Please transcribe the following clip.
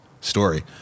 story